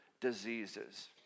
diseases